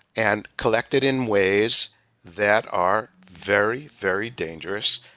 and collected in ways that are very, very dangerous,